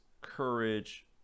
courage